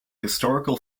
historical